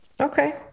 Okay